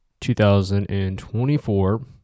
2024